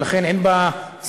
ולכן אין בה סנקציות,